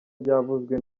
byavuzwe